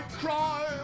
cry